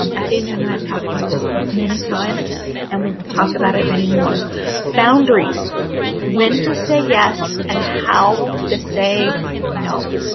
um athena and i've talked about this book many times and we will talk about it many more boundaries when to say yes and how to say no.